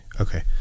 Okay